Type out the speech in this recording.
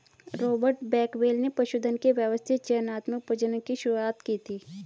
Robert Bakewell ने पशुधन के व्यवस्थित चयनात्मक प्रजनन की शुरुआत की थी